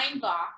box